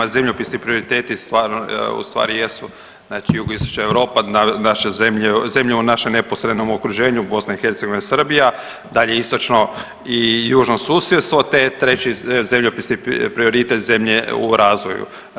Zemljopisni prioriteti stvarno, u stvari jesu znači jugoistočna Europa, naše zemlje, zemlje u našem neposrednom okruženju BiH, Srbija, dalje istočno i južno susjedstvo te treći zemljopisni prioritet, zemlje u razvoju.